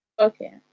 Okay